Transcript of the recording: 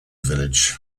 village